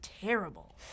terrible